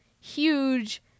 huge